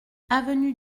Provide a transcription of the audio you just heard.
avenue